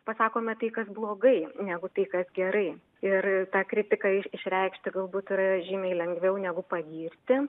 pasakome tai kas blogai negu tai kas gerai ir tą kritiką išreikšti galbūt yra žymiai lengviau negu pagirti